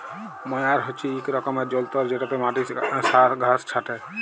ময়ার হছে ইক রকমের যল্তর যেটতে মাটির ঘাঁস ছাঁটে